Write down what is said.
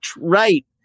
right